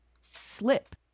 slip